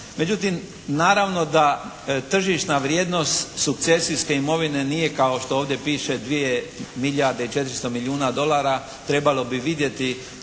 Međutim naravno da tržišna vrijednost sukcesijske imovine nije kao što ovdje piše dvije milijarde i 400 milijuna dolara. Trebalo bi vidjeti